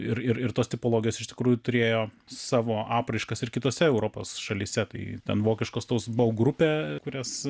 ir ir tos tipologijos iš tikrųjų turėjo savo apraiškas ir kitose europos šalyse tai ten vokiškos tos baugrupe kurias